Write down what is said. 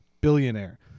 billionaire